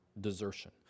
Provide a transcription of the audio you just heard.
desertion